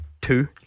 two